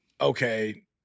okay